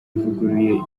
ivuguruye